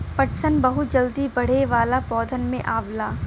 पटसन बहुत जल्दी बढ़े वाला पौधन में आवला